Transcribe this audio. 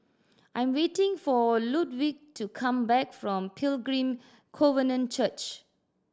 I'm waiting for Ludwig to come back from Pilgrim Covenant Church